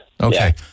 Okay